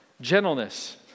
Gentleness